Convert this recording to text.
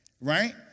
right